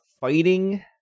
fighting